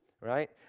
right